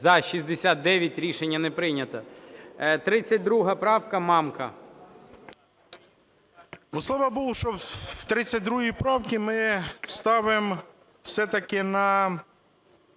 За-69 Рішення не прийнято. 32 правка, Мамка.